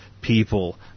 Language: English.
people